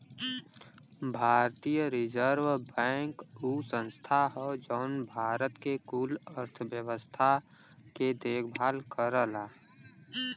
भारतीय reserve bank उ संस्था हौ जौन भारत के कुल अर्थव्यवस्था के देखभाल करला